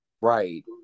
Right